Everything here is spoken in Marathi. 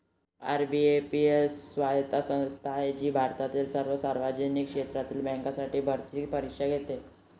आय.बी.पी.एस ही स्वायत्त संस्था आहे जी भारतातील सर्व सार्वजनिक क्षेत्रातील बँकांसाठी भरती परीक्षा घेते